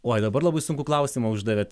oi dabar labai sunkų klausimą uždavėt